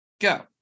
go